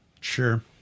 Sure